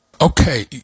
Okay